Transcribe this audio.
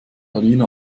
alina